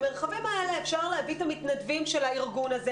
במרחבים האלה אפשר להביא את המתנדבים של הארגון הזה